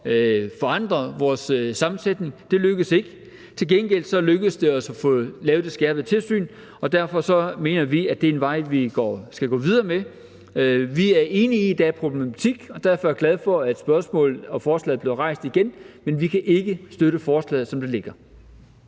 forandre vores sammensætning, det lykkedes ikke, men til gengæld lykkedes det os at lave det skærpede tilsyn, og derfor mener vi, at det er en vej, vi skal gå videre ad. Vi er enige i, at der er en problematik, og derfor er jeg glad for, at spørgsmålet og forslaget er blevet rejst igen, men vi kan ikke støtte forslaget, som det ligger.